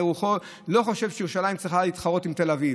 רוחו לא חושב שירושלים צריכה להתחרות עם תל אביב.